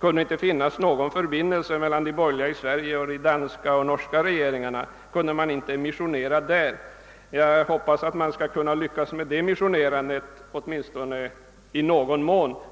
Borde det inte finnas någon förbindelse mellan de borgerliga i Sverige och de danska och norska regeringarna? Kunde man inte missionera på denna väg? Jag hoppas att ett sådant missionerande skall lyckas åtminstone i någon mån.